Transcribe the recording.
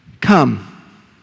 come